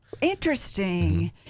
interesting